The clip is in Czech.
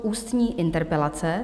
Ústní interpelace